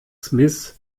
smith